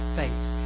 faith